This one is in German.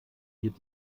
wird